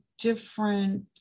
different